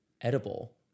edible